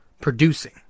producing